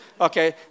Okay